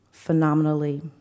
Phenomenally